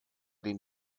den